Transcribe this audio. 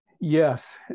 yes